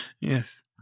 Yes